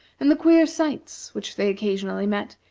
and the queer sights which they occasionally met,